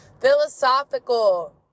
Philosophical